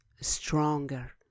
stronger